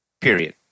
Period